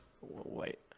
Wait